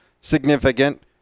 significant